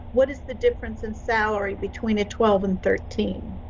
what is the difference in salary between a twelve and thirteen.